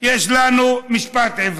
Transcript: יש לנו משפט עברי.